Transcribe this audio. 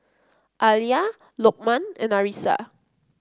Alya Lokman and Arissa